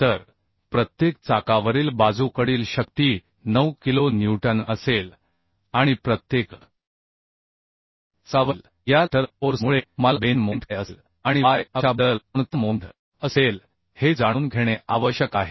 तर प्रत्येक चाकावरील बाजूकडील शक्ती 9 किलो न्यूटन असेल आणि प्रत्येक चाकावरील या लॅटरल फोर्स मुळे मला बेंदिन मोमेंट काय असेल आणि y y अक्षाबद्दल कोणता मोमेंट असेल हे जाणून घेणे आवश्यक आहे